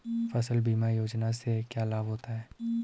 फसल बीमा योजना से क्या लाभ होता है?